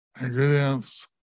ingredients